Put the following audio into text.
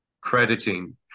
crediting